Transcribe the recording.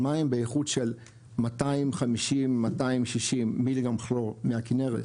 מים באיכות של 250-260 מיליגרם כלור מהכנרת,